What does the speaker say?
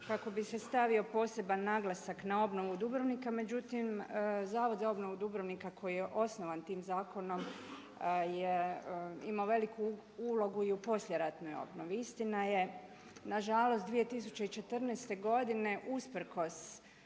kako bi se stavio poseban naglasak na obnovu Dubrovnika međutim Zavod za obnovu Dubrovnika koji je osnovan tim zakonom je imao veliku ulogu i u poslijeratnoj obnovi. Istina je nažalost 2014. godine usprkos